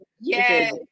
yes